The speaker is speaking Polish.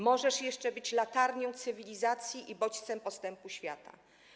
Możesz jeszcze być latarnią cywilizacji i bodźcem postępu świata.